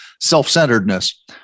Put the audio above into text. self-centeredness